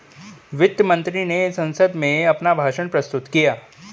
वित्त मंत्री ने संसद में अपना भाषण प्रस्तुत किया